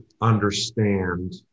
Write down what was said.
understand